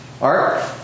Art